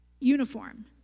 Uniform